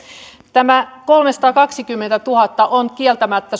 tämä kolmesataakaksikymmentätuhatta on kieltämättä